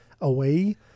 away